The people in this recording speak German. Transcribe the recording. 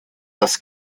das